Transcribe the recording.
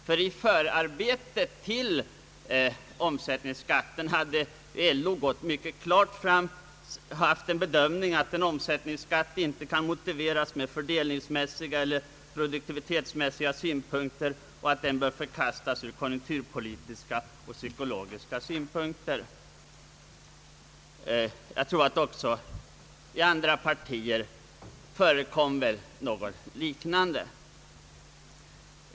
Under förarbetet till omsättningsskattens införande hade LO klart sagt ifrån att en omsättningsskatt inte kan motiveras med fördelningsmässiga eller produktivitetsmässiga synpunkter och att den bör förkastas av konjunkturpolitiska och psykologiska orsaker.